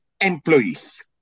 employees